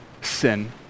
sin